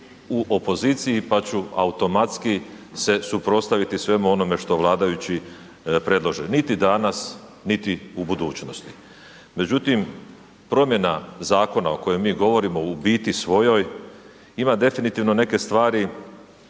u opoziciji, pa ću automatski se suprotstaviti svemu onome što vladajući predlože, niti danas, niti u budućnosti. Međutim, promjena zakona o kojem mi govorimo u biti svojoj ima definitivno neke stvari